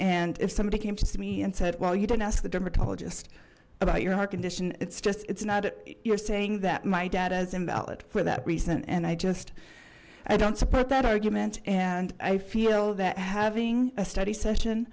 and if somebody came to me and said well you didn't ask the dermatologist about your heart condition it's just it's not you're saying that my data is invalid for that reason and i just i don't support that argument and i feel that having a study session